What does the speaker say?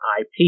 IP